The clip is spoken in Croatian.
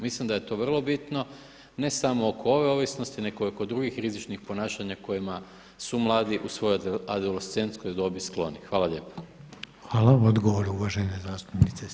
Mislim da je to vrlo bitno, ne samo oko ove ovisnosti nego i kod drugih rizičnih ponašanja kojima su mladi u svojoj adolescentskoj dobi skloni.